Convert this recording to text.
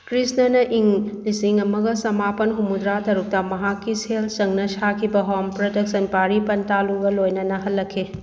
ꯀ꯭ꯔꯤꯁꯅꯅ ꯏꯪ ꯂꯤꯁꯤꯡ ꯑꯃꯒ ꯆꯃꯥꯄꯜ ꯍꯨꯝꯐꯨꯇꯔꯥ ꯇꯔꯨꯛꯇ ꯃꯍꯥꯛꯀꯤ ꯁꯦꯜ ꯆꯪꯅ ꯁꯥꯈꯤꯕ ꯍꯣꯝ ꯄ꯭ꯔꯗꯛꯁꯟ ꯄꯥꯔꯤ ꯄꯟꯇꯥꯂꯨꯒ ꯂꯣꯏꯅꯅ ꯍꯜꯂꯛꯈꯤ